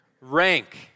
rank